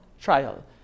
trial